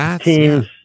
teams